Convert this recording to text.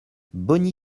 bogny